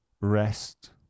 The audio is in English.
rest